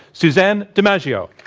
suzanne dimaggio.